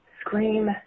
Scream